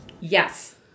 Yes